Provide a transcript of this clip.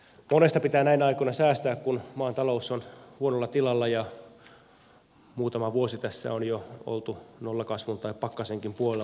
monesta pitää näinä aikoina säästää kun maan talous on huonossa tilassa ja muutama vuosi tässä on jo oltu nollakasvun tai pakkasenkin puolella valitettavasti